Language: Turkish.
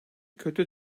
kötü